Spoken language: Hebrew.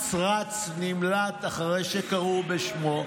אץ רץ, נמלט, אחרי שקראו בשמו,